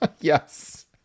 Yes